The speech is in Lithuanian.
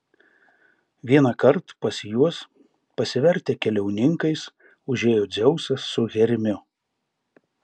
vienąkart pas juos pasivertę keliauninkais užėjo dzeusas su hermiu